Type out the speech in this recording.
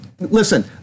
Listen